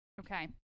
Okay